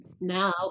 now